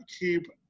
keep